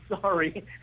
Sorry